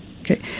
Okay